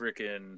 freaking